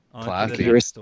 Classic